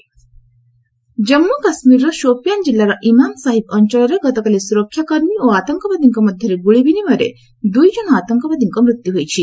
JK killed Jammu କାଶ୍ମୀରର ସୋପିଆନ୍ ଜିଲ୍ଲାର ଇମାମ ସାହିବ ଅଞ୍ଚଳରେ ଗତକାଲି ସୁରକ୍ଷାକର୍ମୀ ଓ ଆତଙ୍କବାଦୀଙ୍କ ମଧ୍ୟରେ ଗୁଳି ବିନିମୟରେ ଦୁଇଜଣ ଆତଙ୍କବାଦୀଙ୍କ ମୃତ୍ୟୁ ହୋଇଛି